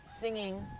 singing